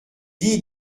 dit